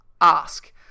ask